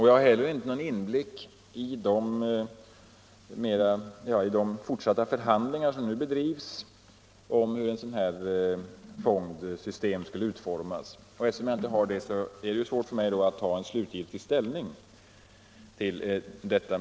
Jag har inte heller någon inblick i de fortsatta förhandlingar som nu bedrivs om hur ett sådant fondsystem skulle utformas. Eftersom jag inte har det är det svårt för mig att ta slutgiltig ställning.